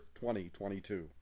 2022